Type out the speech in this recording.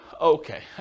Okay